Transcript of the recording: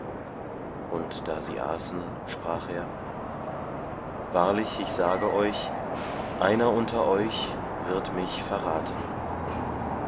und da sie aßen sprach er wahrlich ich sage euch einer unter euch wird mich verraten